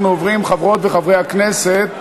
חברות וחברי הכנסת,